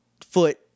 foot